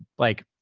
like,